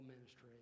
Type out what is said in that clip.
ministry